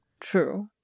true